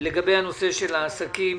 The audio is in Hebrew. בוקר טוב, אני מתכבד לפתוח את ישיבת ועדת הכספים.